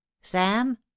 sam